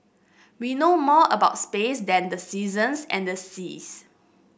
we know more about space than the seasons and the seas